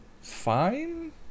fine